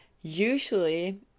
usually